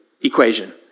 equation